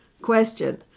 question